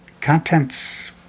contents